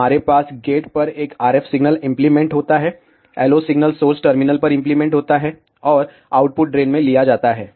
हमारे पास गेट पर एक RF सिग्नल इम्प्लीमेंट होता है LO सिग्नल सोर्स टर्मिनल पर इम्प्लीमेंट होता है और आउटपुट ड्रेन में लिया जाता है